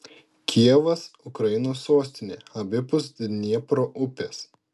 kijevas ukrainos sostinė abipus dniepro upės